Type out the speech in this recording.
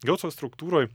garso struktūroj